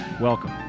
Welcome